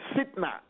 Sitna